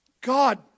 God